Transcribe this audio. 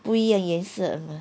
不一样颜色